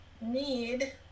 need